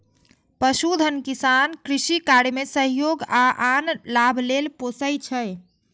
पशुधन किसान कृषि कार्य मे सहयोग आ आन लाभ लेल पोसय छै